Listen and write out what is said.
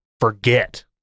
forget